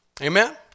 Amen